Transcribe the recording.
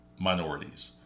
minorities